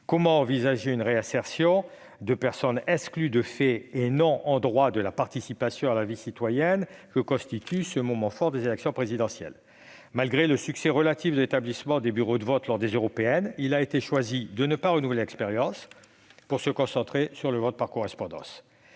Comment envisager une réinsertion, alors que ces personnes sont exclues de fait, et non en droit, de la participation à la vie citoyenne que constitue le moment fort de notre vie démocratique, l'élection présidentielle ? Malgré le succès relatif de l'établissement de bureaux de vote lors des élections européennes, il a été choisi de ne pas renouveler l'expérience pour se concentrer sur le vote par correspondance.